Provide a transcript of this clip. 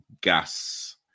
Gas